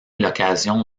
l’occasion